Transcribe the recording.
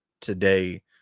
today